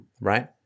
right